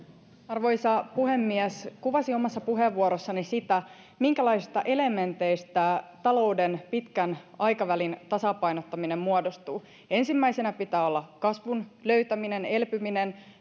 arvoisa puhemies kuvasin omassa puheenvuorossani sitä minkälaisista elementeistä talouden pitkän aikavälin tasapainottaminen muodostuu ensimmäisenä pitää olla kasvun löytäminen elpyminen